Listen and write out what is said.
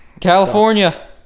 California